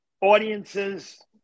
audiences